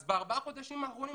אז בארבעת החודשים האחרונים,